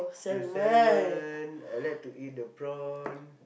the salmon I like to eat the prawn